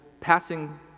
passing